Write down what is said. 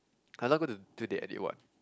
I am not going to do the edit work